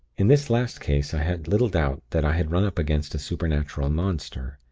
in this last case i had little doubt that i had run up against a supernatural monster,